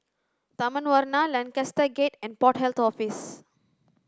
Taman Warna Lancaster Gate and Port Health Office